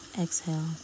Exhale